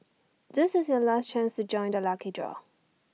this is your last chance to join the lucky draw